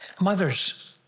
Mothers